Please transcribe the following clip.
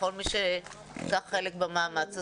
לכל מי שלקח חלק במאמץ הזה,